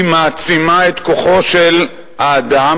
היא מעצימה את כוחו של האדם,